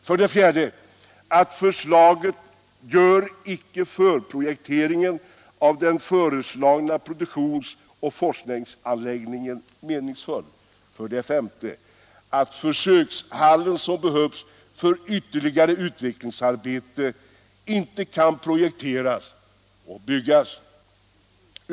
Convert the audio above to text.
För det fjärde gör förslaget inte förprojekteringen av den föreslagna produktionsoch forskningsanläggningen meningsfull. För det femte kan försökshallen som behövs för ytterligare utveck lingsarbete inte projekteras och byggas.